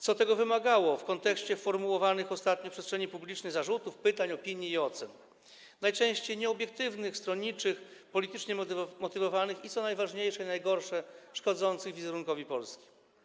co tego wymagało, w kontekście formułowanych ostatnio w przestrzeni publicznej zarzutów, pytań, opinii i ocen, najczęściej nieobiektywnych, stronniczych, politycznie motywowanych i, co najważniejsze i najgorsze, szkodzących wizerunkowi Polski.